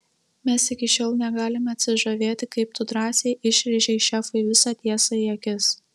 mes iki šiol negalime atsižavėti kaip tu drąsiai išrėžei šefui visą tiesą į akis